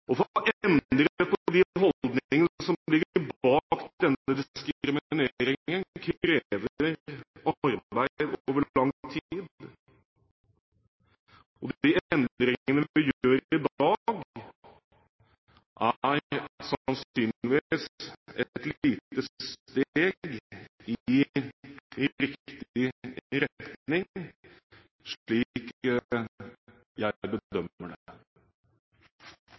på. For å endre på de holdningene som ligger bak denne diskrimineringen, kreves det arbeid over lang tid, og de endringene vi gjør i dag, er sannsynligvis et lite steg i riktig retning, slik jeg bedømmer